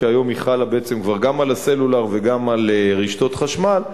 שהיום היא חלה בעצם גם על הסלולר וגם על רשתות חשמל.